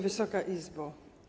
Wysoka Izbo!